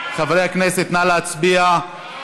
חברי הכנסת, נא להצביע.